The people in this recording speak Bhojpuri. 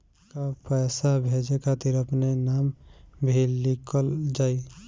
का पैसा भेजे खातिर अपने नाम भी लिकल जाइ?